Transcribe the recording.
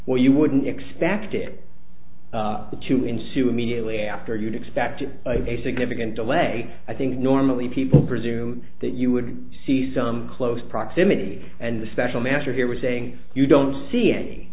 well you wouldn't expect it the to ensue immediately after you'd expect a significant delay i think normally people presumed that you would see some close proximity and the special master here was saying you don't see any